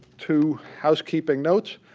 two housekeeping notes.